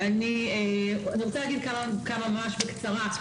ממש בקצרה.